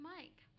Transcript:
Mike